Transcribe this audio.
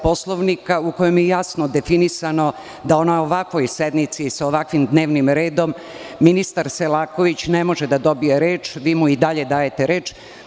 Poslovnika u kojem je jasno definisano da na ovakvoj sednici i sa ovakvim dnevnim redom ministar Selaković ne može da dobije reč, a vi mu i dalje dajete reč.